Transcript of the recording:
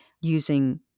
using